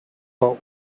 but